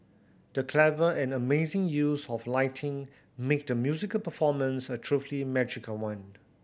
the clever and amazing use of lighting made the musical performance a truly magical one